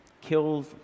kills